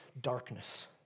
darkness